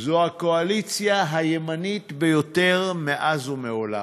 זו הקואליציה הימנית ביותר מאז ומעולם.